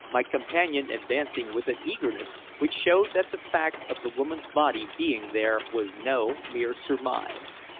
my companion advancing with an eagerness which showed that the fact of the woman's body being there was no mere surmise.